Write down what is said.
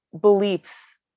beliefs